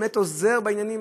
באמת עוזר בעניינים,